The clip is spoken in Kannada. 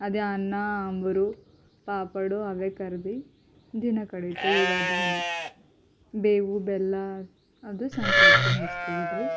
ಅದೇ ಅನ್ನ ಅಂಬ್ರು ಪಾಪಡು ಅವೇ ಕರಿದು ದಿನ ಕಳೀತೀವಿ ಯುಗಾದಿ ದಿನ ಬೇವು ಬೆಲ್ಲ ಅದು ಸಂಕ್ರಾಂತಿಗೆ ಹಂಚ್ತೀವಿ ಬಿಡ್ರಿ